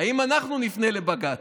האם אנחנו נפנה לבג"ץ?